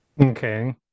Okay